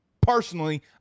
Personally